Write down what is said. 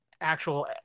actual